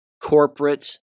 corporate